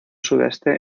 sudeste